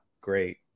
great